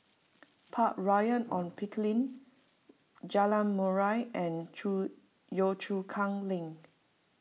Park Royal on Pickering Jalan Murai and Chu Yio Chu Kang Link